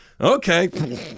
Okay